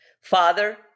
Father